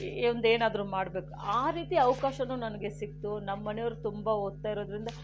ಈ ಒಂದು ಏನಾದರೂ ಮಾಡಬೇಕು ಆ ರೀತಿ ಅವಕಾಶವೂ ನನಗೆ ಸಿಕ್ಕಿತು ನಮ್ಮನೆಯವರು ತುಂಬ ಓದ್ತಾ ಇರೋದ್ರಿಂದ